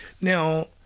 Now